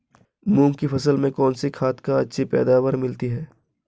मूंग की फसल में कौनसी खाद से अच्छी पैदावार मिलती है?